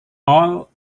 all